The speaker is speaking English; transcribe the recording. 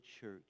church